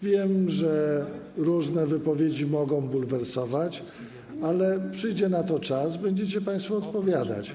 Wiem, że różne wypowiedzi mogą bulwersować, ale gdy przyjdzie na to czas, będziecie państwo odpowiadać.